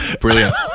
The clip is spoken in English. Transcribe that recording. Brilliant